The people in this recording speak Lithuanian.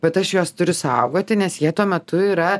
bet aš juos turiu saugoti nes jie tuo metu yra